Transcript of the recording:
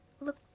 look